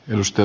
minusta